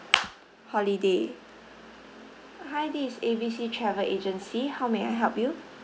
holiday hi this is A B C travel agency how may I help you